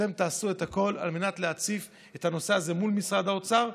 שאתם תעשו את הכול על מנת להציף את הנושא הזה מול משרד האוצר,